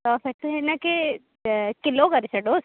सौ सठि हिन खे किलो करे छॾोसि